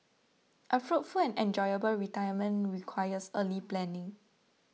a fruitful and enjoyable retirement requires early planning